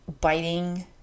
biting